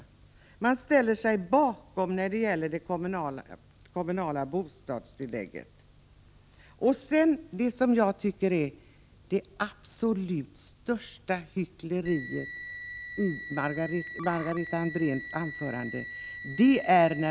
Folkpartiet ställer sig bakom förslaget när det gäller det kommunala bostadstillägget, men sedan kommer vi till det som jag tycker är det absolut största hyckleriet i Margareta Andréns anförande.